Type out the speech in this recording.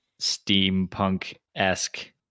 steampunk-esque